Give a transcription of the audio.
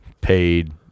paid